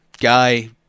Guy